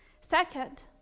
Second